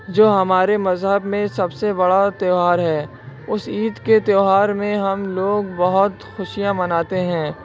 جو ہمارے مذہب میں سب سے بڑا تہوار ہے اس عید کے تہوار میں ہم لوگ بہت خوشیاں مناتے ہیں